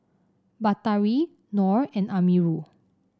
Batari Nor and Amirul